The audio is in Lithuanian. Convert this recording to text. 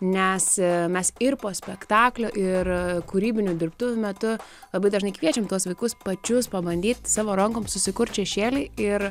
nes mes ir po spektaklio ir kūrybinių dirbtuvių metu labai dažnai kviečiam tuos vaikus pačius pabandyt savo rankom susikurt šešėlį ir